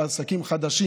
בעסקים חדשים.